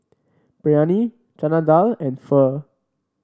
Biryani Chana Dal and Pho